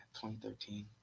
2013